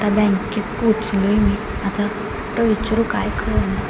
आता बँकेत पोचलो आहे मी आता कुठं विचारू काय कळेना